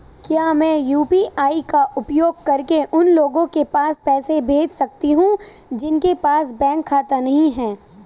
क्या मैं यू.पी.आई का उपयोग करके उन लोगों के पास पैसे भेज सकती हूँ जिनके पास बैंक खाता नहीं है?